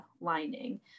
lining